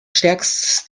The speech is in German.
stärkstes